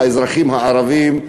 האזרחים הערבים?